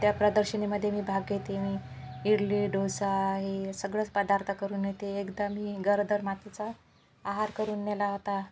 त्या प्रदर्शनीमध्ये मी भाग घेते मी इडली डोसा हे सगळंच पदार्थ करून नेते एकदा मी गरोदर मातेचा आहार करून नेला होता